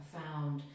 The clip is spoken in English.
found